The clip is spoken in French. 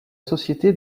société